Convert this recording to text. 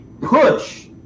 push